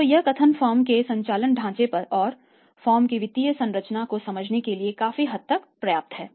तो यह कथन फर्म के संचालन ढांचे और फर्म की वित्तीय संरचना को समझने के लिए काफी हद तक पर्याप्त है